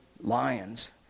Lions